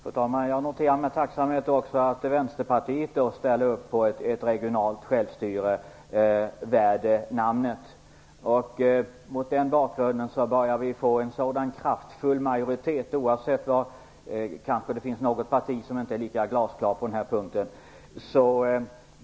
Fru talman! Jag noterar med tacksamhet att också Vänsterpartiet ställer sig bakom ett regionalt självstyre värt namnet. Mot den bakgrunden får vi en sådan kraftfull majoritet, oavsett om det finns något parti som inte är lika glasklart på den här punkten.